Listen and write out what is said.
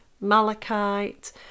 malachite